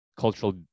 cultural